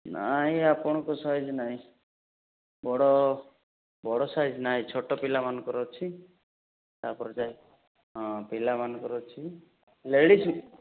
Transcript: ନାଇଁ ଆପଣଙ୍କ ସାଇଜ୍ ନାଇଁ ବଡ଼ ବଡ଼ ସାଇଜ୍ ନାଇଁ ଛୋଟ ପିଲାମାନଙ୍କର ଅଛି ତା'ପରେ ହଁ ପିଲାମାନଙ୍କର ଅଛି ଲେଡ଼ିଜ୍